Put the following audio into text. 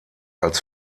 als